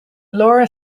laura